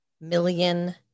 million